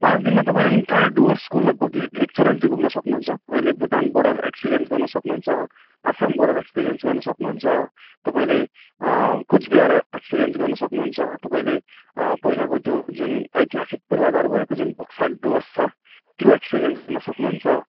पाँच दिनमा तपाईँले इन्टायर डुवर्सको लगभग एक एक चरण चाहिँ घुम्न सक्नु हुन्छ तपाईँले भुटान बर्डर एक्सपिरियन्स गर्नु सक्नु हुन्छ असम बोर्डर एक्सपिरियन्स गर्नु सक्नु हुन्छ तपाईँले कुच बिहार एक्सपिरियन्स गर्नु सक्नु हुन्छ तपाईँले पहिलाको त्यो जुन ऐतिहासिक पूर्वधार भएको जुन बक्सा डुवर्स छ त्यो एक्सपिरियन्स गर्न सक्नु हुन्छ